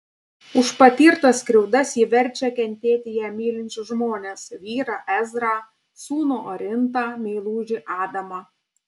už patirtas skriaudas ji verčia kentėti ją mylinčius žmones vyrą ezrą sūnų orintą meilužį adamą